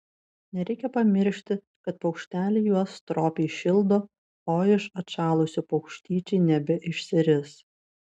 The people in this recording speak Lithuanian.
nereikia pamiršti kad paukšteliai juos stropiai šildo o iš atšalusių paukštyčiai nebeišsiris